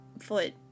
foot